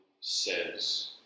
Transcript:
says